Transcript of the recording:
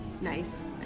Nice